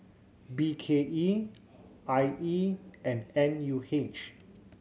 B K E I E and N U H